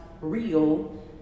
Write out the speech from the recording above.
real